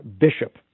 bishop